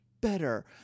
better